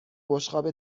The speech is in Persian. بشقاب